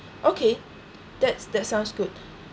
okay that's that sounds good